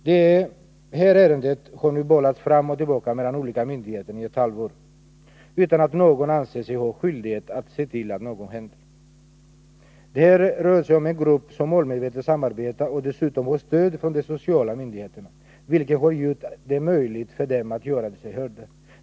Detta ärende har nu bollats fram och tillbaka mellan olika myndigheter i ett halvår, utan att någon anser sig ha skyldighet att se till att något händer. Den här gången rör det sig om medlemmar av en grupp som målmedvetet samarbetar och dessutom har stöd från de sociala myndigheterna, vilket har gjort det möjligt för dem att göra sig hörda.